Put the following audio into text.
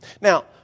Now